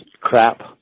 crap